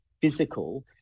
physical